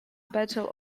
battle